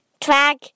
Track